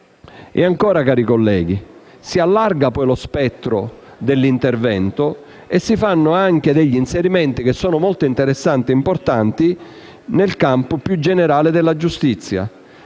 E ancora, cari colleghi, si allarga lo spettro dell'intervento e si fanno anche degli inserimenti, molto interessanti e importanti, nel campo più generale della giustizia.